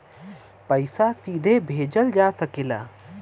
पइसा सीधे भेजल जा सकेला